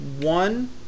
one